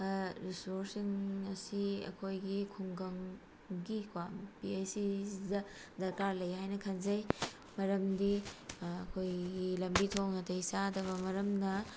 ꯔꯤꯁꯣꯔꯁꯁꯤꯡ ꯑꯁꯤ ꯑꯩꯈꯣꯏꯒꯤ ꯈꯨꯡꯒꯪꯒꯤꯀꯣ ꯄꯤ ꯍꯩꯆ ꯁꯤꯁꯤꯗ ꯗꯔꯀꯥꯔ ꯂꯩ ꯍꯥꯏꯅ ꯈꯟꯖꯩ ꯃꯔꯝꯗꯤ ꯑꯩꯈꯣꯏꯒꯤ ꯂꯝꯕꯤ ꯊꯣꯡ ꯅꯥꯇꯩ ꯆꯥꯗꯕ ꯃꯔꯝꯅ